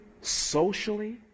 socially